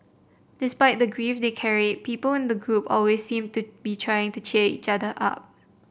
despite the grief they carried people in the group always seemed to be trying to cheer each other up